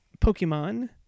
Pokemon